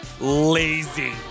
lazy